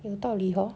有道理 hor